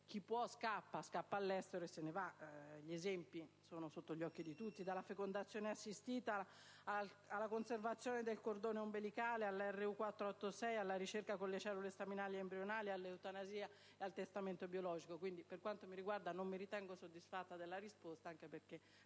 chi ne ha la possibilità. Gli esempi sono sotto gli occhi di tutti, e vanno dalla fecondazione assistita, alla conservazione del cordone ombelicale, alla RU486, alla ricerca con le cellule staminali ed embrionali, all'eutanasia e al testamento biologico. Quindi, per quanto mi riguarda, io non mi ritengo soddisfatta della risposta, anche perché